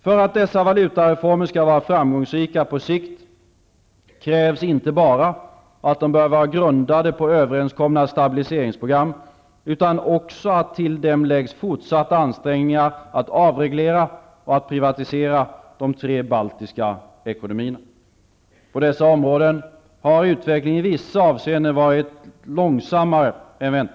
För att dessa valutareformer skall vara framgångsrika på sikt krävs inte bara att de bör vara grundade på överenskomna stabiliseringsprogram utan också att till dem läggs fortsatta ansträngningar att avreglera och privatisera de tre baltiska ekonomierna. På dessa områden har utvecklingen i vissa avseenden gått långsammare än väntat.